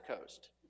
Coast